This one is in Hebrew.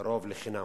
לרוב לחינם.